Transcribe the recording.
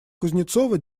кузнецова